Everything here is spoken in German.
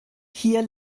hier